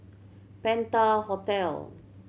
Penta Hotel